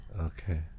Okay